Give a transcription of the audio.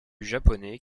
japonais